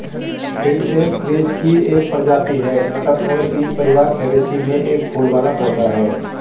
field beans vetch की एक प्रजाति है, मटर और बीन परिवार फैबेसी में एक फूल वाला पौधा है